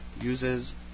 uses